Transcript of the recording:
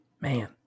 man